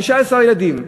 15 ילדים,